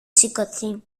σηκωθεί